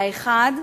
האחד,